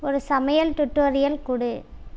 ஒரு சமையல் டுட்டோரியல் கொடு